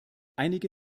einige